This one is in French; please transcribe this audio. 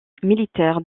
militaires